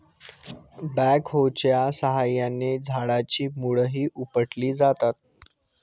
बॅकहोच्या साहाय्याने झाडाची मुळंही उपटली जातात